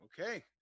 Okay